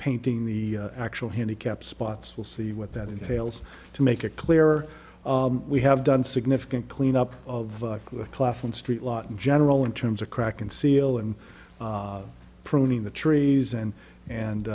painting the actual handicapped spots will see what that entails to make it clear we have done significant clean up of the clapham street lot in general in terms of cracking seal and pruning the trees and and